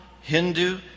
Hindu